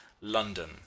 London